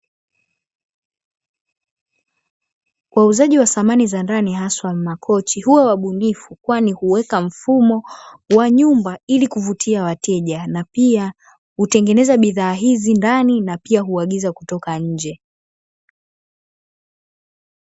Wauzaji wa samani za ndani haswa makochi huwa wabunifu kwani huweka mfumo wa nyumba kuvutia wateja hutengeza bidhaa hizi ndani na pia huagiza kutoka nje.